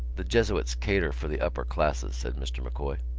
the jesuits cater for the upper classes, said mr. m'coy.